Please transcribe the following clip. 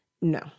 No